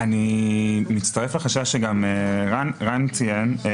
אני מצטרף לחשש שגם רן ציין.